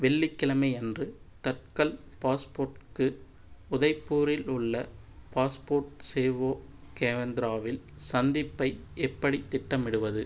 வெள்ளிக்கிழமை அன்று தட்கல் பாஸ்போட்டுக்கு உதய்பூரில் உள்ள பாஸ்போர்ட் சேவோ கேந்திராவில் சந்திப்பை எப்படி திட்டமிடுவது